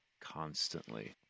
constantly